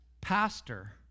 pastor